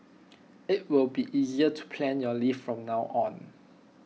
IT will be easier to plan your leave from now on